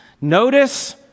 Notice